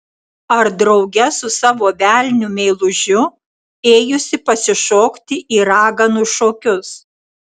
ar drauge su savo velniu meilužiu ėjusi pasišokti į raganų šokius